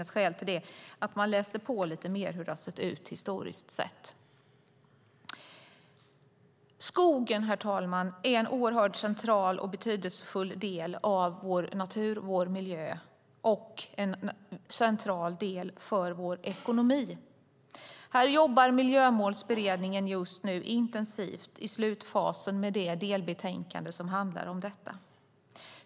Nu är Helena Leander inte kvar i kammaren, och jag förstår att det kan finas skäl till det. Skogen är en oerhört central och betydelsefull del av vår natur och vår miljö och en central del av vår ekonomi. Miljömålsberedningen är just nu i slutfasen av sitt arbete med det delbetänkande som handlar om detta.